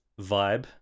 vibe